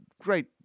great